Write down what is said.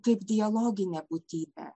kaip dialoginė būtybė